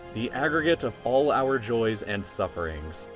the aggregate of all our joys and sufferings.